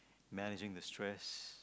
managing the stress